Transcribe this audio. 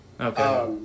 Okay